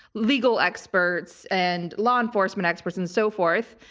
legal experts, and law enforcement experts, and so forth.